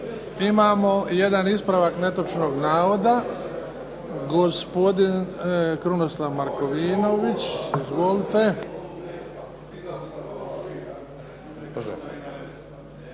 Imamo jedan ispravak netočnog navoda. Gospodin Krunoslav Markovinović. Izvolite.